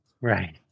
Right